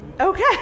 Okay